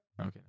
Okay